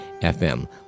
FM